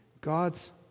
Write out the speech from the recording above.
God's